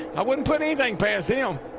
i wouldn't put anything past him.